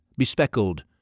bespeckled